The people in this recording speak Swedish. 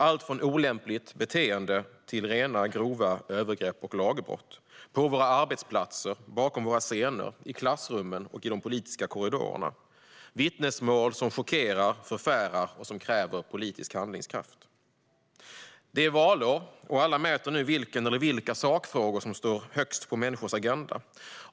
Allt från olämpligt beteende till rena, grova övergrepp och lagbrott sker på våra arbetsplatser, bakom våra scener, i klassrummen och i de politiska korridorerna. Det är vittnesmål som chockerar och förfärar och som kräver politisk handlingskraft. Det är valår, och alla mäter nu vilken eller vilka sakfrågor som står högst på människors agenda.